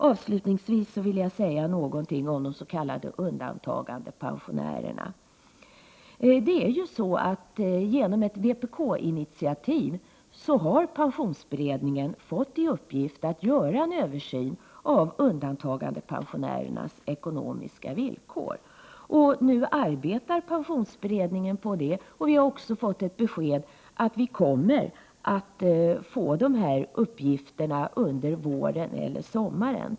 Avslutningsvis vill jag säga någonting om de s.k. undantagandepensionärerna. Genom ett vpk-initiativ har pensionsberedningen fått i uppgift att göra en översyn av undantagandepensionärernas ekonomiska villkor. Pensionsberedningen arbetar nu med detta och har gett besked om att riksdagen kommer att få dessa uppgifter under våren eller sommaren.